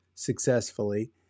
Successfully